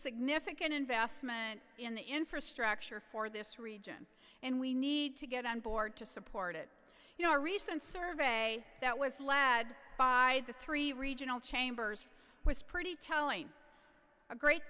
significant investment in infrastructure for this region and we need to get on board to support it you know our recent survey that was lad by the three regional chambers was pretty telling a great